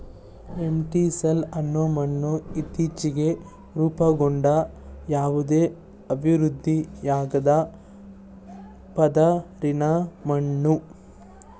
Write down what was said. entisol ಅನ್ನೋ ಮಣ್ಣು ಇತ್ತೀಚ್ಗೆ ರೂಪುಗೊಂಡ ಯಾವುದೇ ಅಭಿವೃದ್ಧಿಯಾಗ್ದ ಪದರಿನ ಮಣ್ಣು